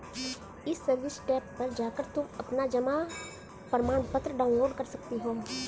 ई service tab पर जाकर तुम अपना जमा प्रमाणपत्र डाउनलोड कर सकती हो